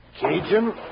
Cajun